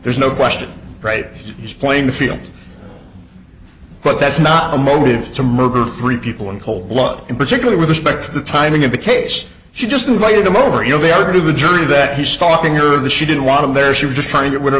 there's no question right he's playing the field but that's not a motive to murder three people in cold blood in particular with respect to the timing of the case she just invited him over you know they are going to the jury that he's stalking her that she didn't want him there she was just trying to rid of